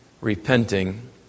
repenting